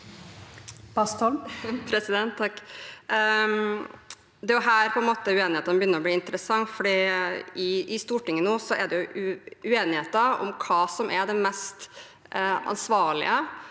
uenig- hetene begynner å bli interessante, for i Stortinget er det nå uenigheter om hva som er det mest ansvarlige,